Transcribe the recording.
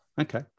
Okay